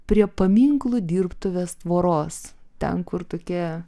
prie paminklų dirbtuvės tvoros ten kur tokie